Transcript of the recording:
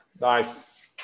nice